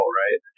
right